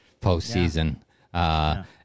postseason